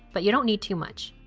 but you don't need too much.